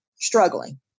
struggling